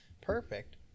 perfect